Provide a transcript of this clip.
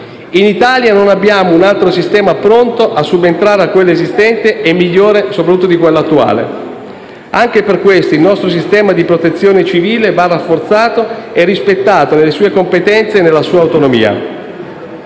In Italia non abbiamo un altro sistema pronto a subentrare a quello esistente e soprattutto migliore di quello attuale. Anche per questo il nostro sistema di protezione civile va rafforzato e rispettato nelle sue competenze e nella sua autonomia;